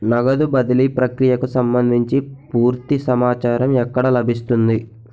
నగదు బదిలీ ప్రక్రియకు సంభందించి పూర్తి సమాచారం ఎక్కడ లభిస్తుంది?